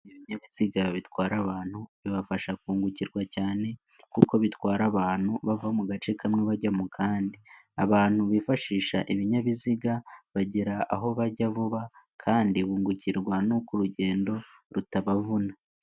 Ibinyabiziga bitwara abantu bibafasha kungukirwa cyane kuko bitwara abantu bava mu gace kamwe bajya mu kandi. Abantu bifashisha ibinyabiziga bagera aho bajya vuba kandi bungukirwa nuko urugendo rutabavuna.